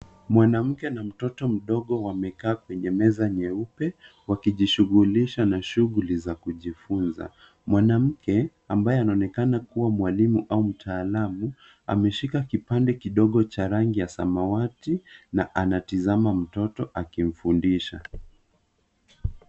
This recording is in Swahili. Mwanamke na mtoto mdogo wamekaa kwenye meza nyeupe wakijishughulisha na shughuli za kujifunza. Mwanamke ambaye anaonekana kuwa mwalimu au mtaalamu ameshika kipande kidogo cha rangi ya samawati na anatizama mtoto akimfundisha.